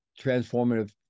transformative